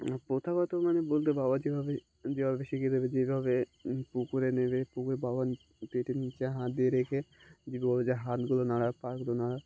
প্রথাগত মানে বলতে বাবা যেভাবে যেভাবে শিখিয়ে দেবে যেভাবে পুকুরে নেবে পুকুরে বাবা পেটের নিচে হাত দিয়ে রেখে যে হাতগুলো নাড়া পাগুলো নাড়া